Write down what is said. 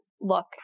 look